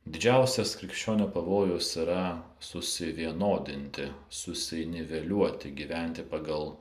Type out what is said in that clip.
didžiausias krikščionio pavojus yra susivienodinti susiniveliuoti gyventi pagal